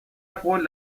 قول